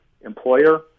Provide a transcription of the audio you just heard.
employer